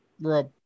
Rob